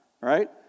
Right